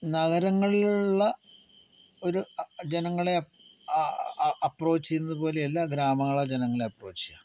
നഗരങ്ങളിലുള്ള ഒരു ജനങ്ങളെ അപ്രോച്ച് ചെയ്യുന്ന പോലെയല്ല ഗ്രാമങ്ങളിലെ ജനങ്ങളുടെ അപ്രോച്ച്